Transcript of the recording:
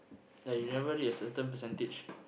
like you never reach a certain percentage